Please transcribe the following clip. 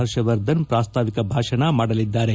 ಪರ್ಷವರ್ಧನ್ ಪ್ರಾಸ್ತಾವಿಕ ಭಾಷಣ ಮಾಡಲಿದ್ದಾರೆ